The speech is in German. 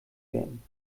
werden